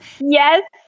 Yes